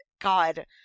god